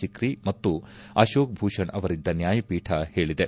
ಸಿಕ್ರಿ ಮತ್ತು ಅಕೋಕ್ ಭೂಷಣ್ ಅವರಿದ್ದ ನ್ಯಾಯಪೀಠ ಹೇಳಿದೆ